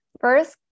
first